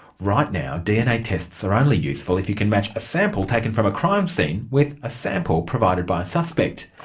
right now dna tests are only useful if you can match a sample taken from a crime scene with a sample provided by a suspect.